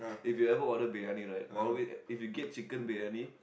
if you ever order Briyani right always if you get Chicken Briyani